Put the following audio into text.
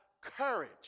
courage